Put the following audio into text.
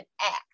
act